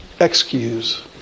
excuse